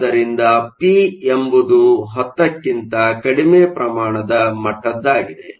ಆದ್ದರಿಂದ ಪಿ ಎಂಬುದು 10 ಕ್ಕಿಂತ ಕಡಿಮೆ ಪ್ರಮಾಣದ ಮಟ್ಟದ್ದಾಗಿದೆ